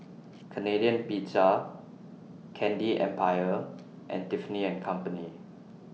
Canadian Pizza Candy Empire and Tiffany and Company